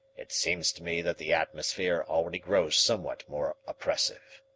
it seems to me that the atmosphere already grows somewhat more oppressive.